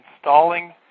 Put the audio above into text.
installing